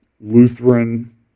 Lutheran